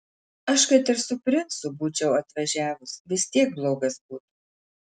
aš kad ir su princu būčiau atvažiavus vis tiek blogas būtų